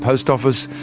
post office,